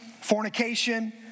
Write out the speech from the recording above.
fornication